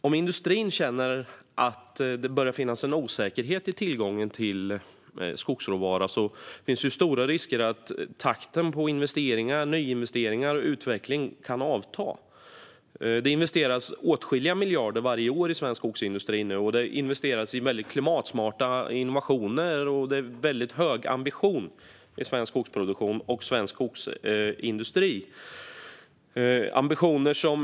Om industrin börjar känna en osäkerhet om tillgången till skogsråvara är risken stor att takten för investeringar, nyinvesteringar och utveckling kan avta. Varje år investeras åtskilliga miljarder i svensk skogsindustri. Det investeras i väldigt klimatsmarta innovationer, och ambitionen inom svensk skogsproduktion och skogsindustri är väldigt hög.